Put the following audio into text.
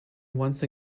once